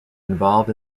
involved